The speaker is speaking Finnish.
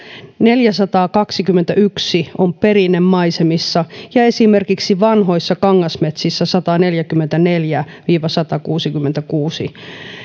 neljäsataakaksikymmentäyksi on perinnemaisemissa ja esimerkiksi vanhoissa kangasmetsissä sataneljäkymmentäneljä viiva satakuusikymmentäkuusi